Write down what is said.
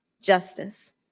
justice